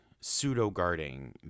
pseudo-guarding